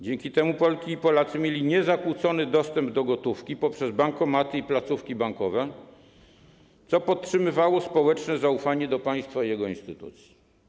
Dzięki temu Polki i Polacy mieli niezakłócony dostęp do gotówki poprzez bankomaty i placówki bankowe, co podtrzymywało społeczne zaufanie do państwa i jego instytucji.